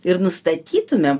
ir nustatytume